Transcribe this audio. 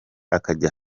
akajya